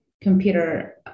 computer